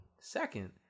second